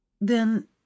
Then